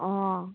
ꯑꯣ